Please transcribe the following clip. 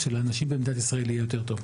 שלאנשים במדינת ישראל יהיה יותר טוב.